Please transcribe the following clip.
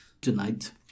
Tonight